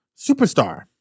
Superstar